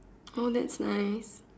oh that's nice